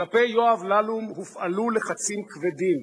כלפי יואב ללום הופעלו לחצים כבדים.